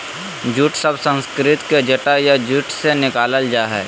jute शब्द संस्कृत के जटा या जूट से निकलल हइ